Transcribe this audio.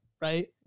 right